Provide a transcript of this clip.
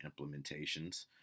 implementations